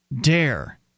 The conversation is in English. dare